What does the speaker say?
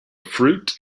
fruit